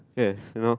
yes you know